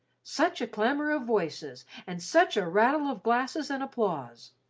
such a clamour of voices, and such a rattle of glasses and applause!